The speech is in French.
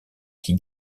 qui